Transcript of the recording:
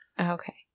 okay